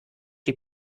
die